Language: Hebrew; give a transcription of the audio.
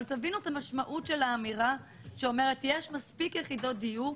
אבל תבינו את המשמעות של האמירה שיש מספיק יחידות דיור,